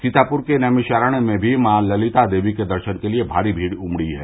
सीतापुर के नैमिषारण्य में भी माँ ललिता देवी के दर्शन के लिए भारी भौड़ उमड़ी है